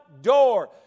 door